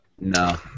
No